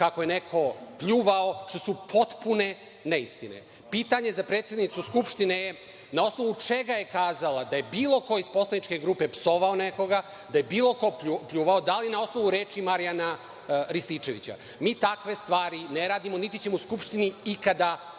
kako je neko pljuvao, što su potpune neistine. Pitanje za predsednicu Skupštine je – na osnovu čega je kazala da je bilo ko iz Poslaničke grupe psovao nekoga, da je bilo ko pljuvao nekoga, da li na osnovu reči Marijana Rističevića? Mi takve stvari ne radimo, niti ćemo u Skupštini ikada raditi.